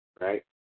right